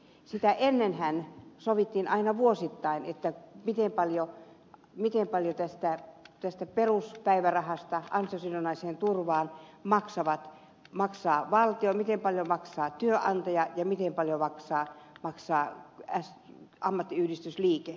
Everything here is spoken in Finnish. sitä ennenhän sovittiin aina vuosittain miten paljon ansiosidonnaisen turvan peruspäivärahasta maksaa valtio miten paljon maksaa työnantaja ja miten paljon maksaa ammattiyhdistysliike